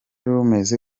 rumeze